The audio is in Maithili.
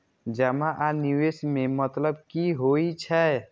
जमा आ निवेश में मतलब कि होई छै?